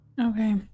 Okay